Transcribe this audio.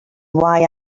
why